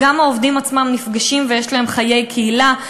גם העובדים עצמם נפגשים ויש להם חיי קהילה.